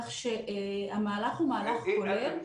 כך שהמהלך הוא מהלך כולל.